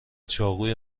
چاقوی